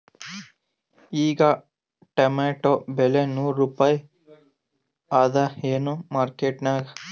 ಈಗಾ ಟೊಮೇಟೊ ಬೆಲೆ ನೂರು ರೂಪಾಯಿ ಅದಾಯೇನ ಮಾರಕೆಟನ್ಯಾಗ?